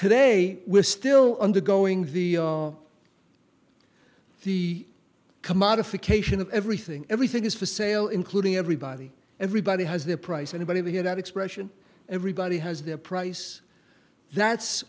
today we're still undergoing the the commodification of everything everything is for sale including everybody everybody has their price anybody to get that expression everybody has their price that's